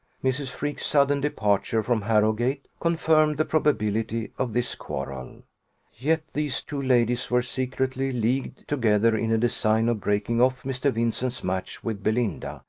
mrs. freke's sudden departure from harrowgate confirmed the probability of this quarrel yet these two ladies were secretly leagued together in a design of breaking off mr. vincent's match with belinda,